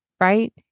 right